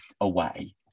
away